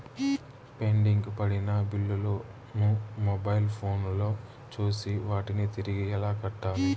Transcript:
pending పడిన బిల్లులు ను మొబైల్ ఫోను లో చూసి వాటిని తిరిగి ఎలా కట్టాలి